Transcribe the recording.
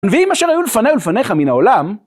ואם אשר היו לפני ולפניך מן העולם